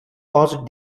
caused